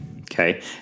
Okay